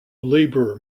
labour